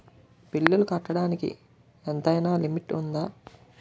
బిల్లులు కట్టడానికి ఎంతైనా లిమిట్ఉందా?